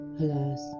alas